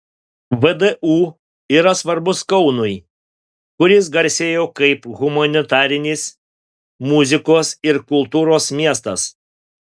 vdu yra svarbus kaunui kuris garsėjo kaip humanitarinis muzikos ir kultūros miestas